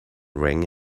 ring